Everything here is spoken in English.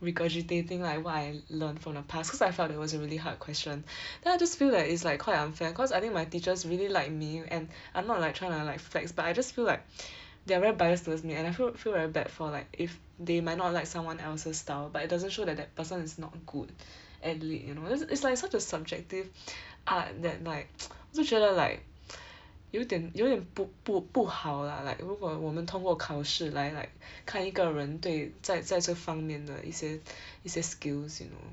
regurgitating like what I learnt from the past cause I felt that was a really hard question then I just feel like it's quite unfair cause I think my teachers really like me and I'm not like trying to like flex but I just feel like they are very biased towards me and I feel feel very bad for like if they might not like someone else's style but it might not show that person is not good at lit you know it's like such a subjective art that like 就觉得 like 有点有点不不不好啦 like 如果我们通过考试来 like 看一个人对在在这方面的一些 一些 skills you know